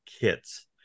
kits